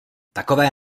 takové